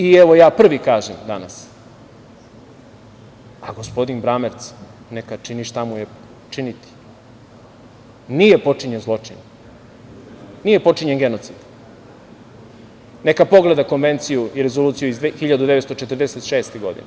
I, evo, ja prvi kažem danas, a gospodin Bramerc neka čini šta mu je činiti, nije počinjen zločin, nije počinjen genocid, neka pogleda Konvenciju i Rezoluciju iz 1946. godine.